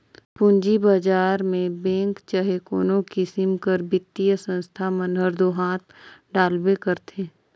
पूंजी बजार में बेंक चहे कोनो किसिम कर बित्तीय संस्था मन हर दो हांथ डालबे करथे